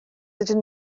ydyn